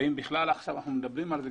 אם אנחנו מדברים על זה,